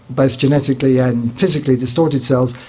both genetically and physically distorted cells,